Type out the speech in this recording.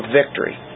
victory